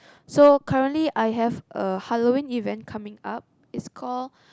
so currently I have a Halloween event coming up it's call